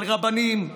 על רבנים,